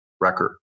record